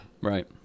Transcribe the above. Right